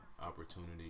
opportunity